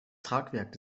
tragwerk